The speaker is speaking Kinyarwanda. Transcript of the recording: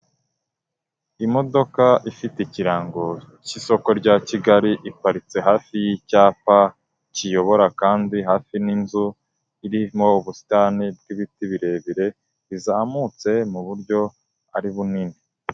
Imodoka ifite ikirango cy'isoko rya Kigali, iparitse hafi y'icyapa kiyobora kandi hafi n'inzu irimo ubusitani bw'ibiti birebire bizamutse mu buryo ari bunini.